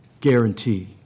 guarantee